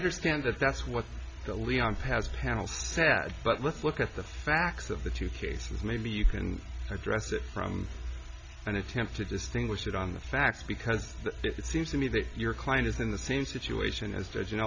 understand that that's what the leon has panelists said but let's look at the facts of the two cases maybe you can address it from an attempt to distinguish it on the facts because it seems to me that your client is in the same situation as